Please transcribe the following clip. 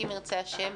אם ירצה השם,